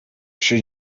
się